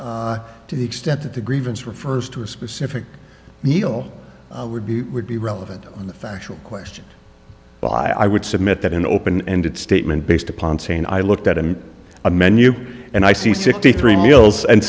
here's to the extent that the grievance refers to a specific neil would be would be relevant on the factual question why i would submit that an open ended statement based upon saying i looked at it in a menu and i see sixty three meals and